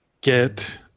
get